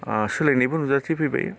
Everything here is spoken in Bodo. सोलायनायबो नुजाथिफैबाय